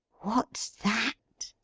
what's that